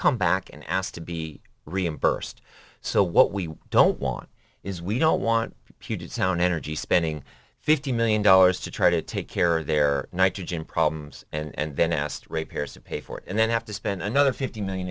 come back and ask to be reimbursed so what we don't want is we don't want puget sound energy spending fifty million dollars to try to take care of their nitrogen problems and then asked repairs to pay for it and then have to spend another fifty million